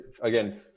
Again